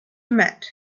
met